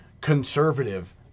conservative